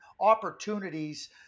opportunities